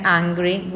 angry